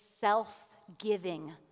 self-giving